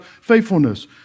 faithfulness